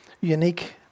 unique